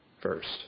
First